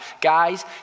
guys